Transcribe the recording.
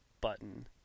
button